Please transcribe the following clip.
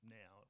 now